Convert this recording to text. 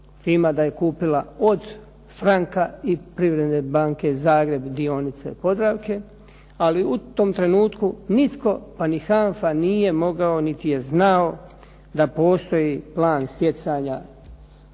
FIMA da je kupila od "Francka" i "Privredne Banke Zagreb" dionice "Podravke", ali u tom trenutku nitko pa ni HANFA nije mogao niti je znao da postoji plan stjecanja